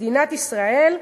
מדינת ישראל,